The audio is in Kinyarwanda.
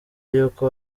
y’uko